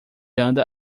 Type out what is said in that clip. anda